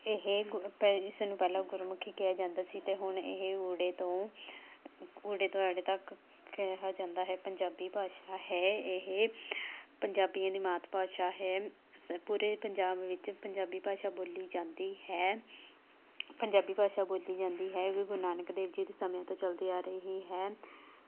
ਇਹ ਗੁ ਪੇ ਇਸਨੂੰ ਪਹਿਲਾਂ ਗੁਰਮੁਖੀ ਕਿਹਾ ਜਾਂਦਾ ਸੀ ਅਤੇ ਹੁਣ ਇਹ ੳ ਤੋਂ ੳ ਤੋਂ ਅ ਤੱਕ ਕਿਹਾ ਜਾਂਦਾ ਹੈ ਪੰਜਾਬੀ ਭਾਸ਼ਾ ਹੈ ਇਹ ਪੰਜਾਬੀਆਂ ਦੀ ਮਾਤ ਭਾਸ਼ਾ ਹੈ ਸ ਪੂਰੇ ਪੰਜਾਬ ਵਿੱਚ ਪੰਜਾਬੀ ਭਾਸ਼ਾ ਬੋਲੀ ਜਾਂਦੀ ਹੈ ਪੰਜਾਬੀ ਭਾਸ਼ਾ ਬੋਲੀ ਜਾਂਦੀ ਹੈ ਕਿਉਂਕਿ ਗੁਰੂ ਨਾਨਕ ਦੇਵ ਜੀ ਦੇ ਸਮਿਆਂ ਤੋਂ ਚਲਦੀ ਆ ਰਹੀ ਹੈ